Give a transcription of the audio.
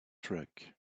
truck